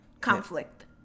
Conflict